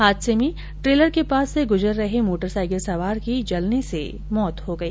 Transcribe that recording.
हादसे में ट्रेलर के पास से गुजर रहे मोटर साइकिल सवार की जलने से मौत हो गई